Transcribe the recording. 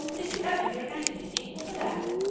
did you ever hear anything equal to that?